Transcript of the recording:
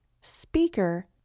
speaker